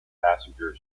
passenger